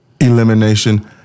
Elimination